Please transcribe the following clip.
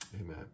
Amen